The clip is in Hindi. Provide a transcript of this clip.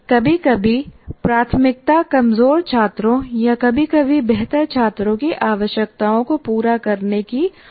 कभी कभी प्राथमिकता कमजोर छात्रों या कभी कभी बेहतर छात्रों की आवश्यकताओं को पूरा करने की हो सकती है